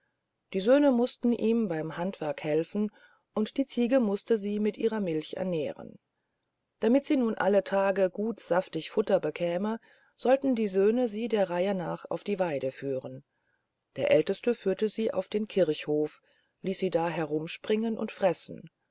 die söhne mußten ihm beim handwerk helfen und die ziege mußte sie mit ihrer milch ernähren damit sie nun alle tage gut saftig futter bekäm sollten die söhne sie der reihe nach auf die weide führen der älteste führte sie auf den kirchhof ließ sie da herumspringen und fressen